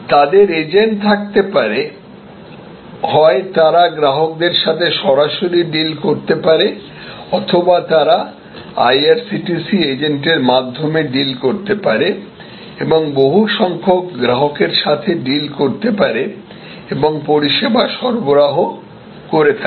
তাদের এজেন্ট থাকতে পারে হয় তারা গ্রাহকদের সাথে সরাসরি ডিল করতে পারে অথবা তারা আইআরসিটিসি এজেন্টদের মাধ্যমে ডিল করতে পারে এবং বহু সংখ্যক গ্রাহকের সাথে ডিল করতে পারে এবং পরিষেবা সরবরাহ করে থাকে